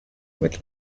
with